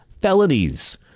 felonies